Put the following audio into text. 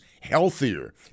healthier